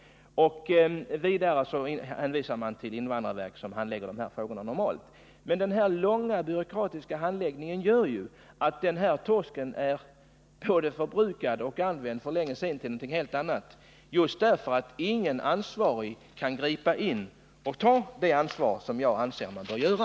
Vidare hänvisar man till invandrarverket som normalt handlägger dessa frågor. Men den långa byråkratiska handläggningen gör att den aktuella torsken kommer att vara använd för länge sedan till någonting helt annat, just därför att ingen ansvarig kan gripa in och ta det ansvar jag anser att man bör ta.